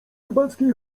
rybackiej